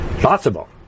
Possible